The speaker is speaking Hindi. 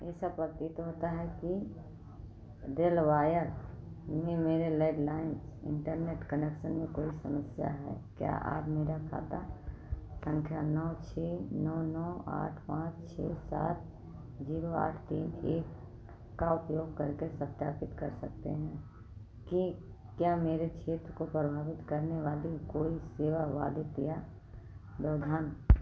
ऐसा प्रतीत होता है कि रेलवायर में मेरे लैडलाइन इंटरनेट कनेक्शन में कोई समस्या है क्या आप मेरा खाता संख्या नौ छः नौ नौ आठ पाँच छः सात जीरो आठ तीन एक का उपयोग करके सत्यापित कर सकते हैं कि क्या मेरे क्षेत्र को प्रभावित करने वाली कोई सेवा बाधित या व्यवधान